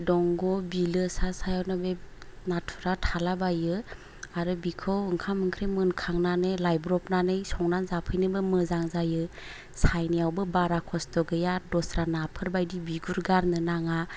दंग' बिलो सा सायावनो बे नाथुरा थालाबायो आरो बिखौ ओंखाम ओंख्रि मोनखांनानै लाइब्रबनानै संनानै जाफैनोबो मोजां जायो सायनायावबो बारा खस्थ' गैया दस्रा नाफोरबायदि बिगुर गारनो नाङा